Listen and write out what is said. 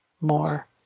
more